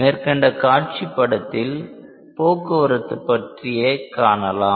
மேற்கண்ட காட்சி படத்தில் போக்குவரத்து பற்றி காணலாம்